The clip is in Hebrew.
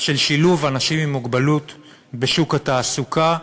של שילוב אנשים עם מוגבלות בשוק התעסוקה,